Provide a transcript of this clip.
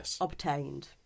obtained